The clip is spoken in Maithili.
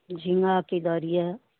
झींगा की दर यऽ